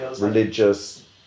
Religious